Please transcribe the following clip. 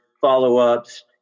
follow-ups